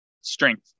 strength